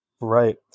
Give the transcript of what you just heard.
right